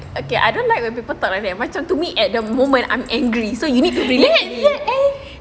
okay I don't like when people talk like that macam to me at the moment I'm angry so you need to be really